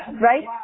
Right